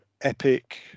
epic